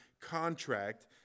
contract